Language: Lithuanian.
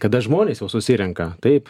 kada žmonės jau susirenka taip